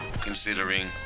Considering